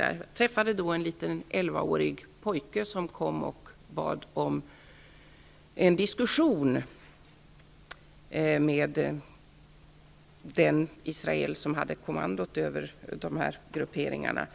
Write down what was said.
Jag träffade då en liten 11 årig pojke som kom och bad om en diskussion med den israel som hade kommandot över dessa grupperingar.